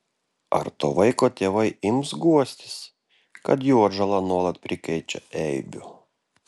ar to vaiko tėvai ims guostis kad jų atžala nuolat prikrečia eibių